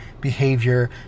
behavior